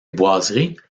boiseries